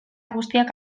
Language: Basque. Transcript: guztiak